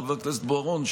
חבר הכנסת בוארון,